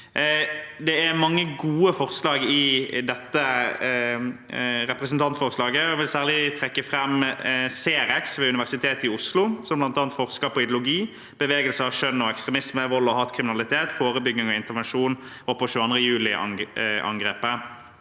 Det er mange gode forslag i dette representantforslaget. Jeg vil særlig trekke fram CREX ved Universitetet i Oslo, som bl.a. forsker på ideologi, bevegelser innen kjønn og ekstremisme, vold og hatkriminalitet, forebygging og intervensjon og på 22. juliangrepet.